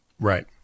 Right